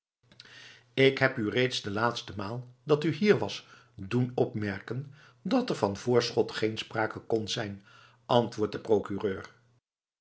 ik heb u reeds de laatste maal dat u hier was doen opmerken dat er van voorschot geen sprake kon zijn antwoordt de procureur